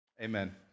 Amen